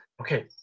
okay